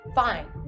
fine